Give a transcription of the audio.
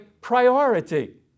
priority